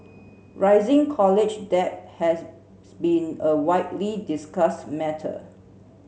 rising college debt has been a widely discussed matter